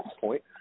point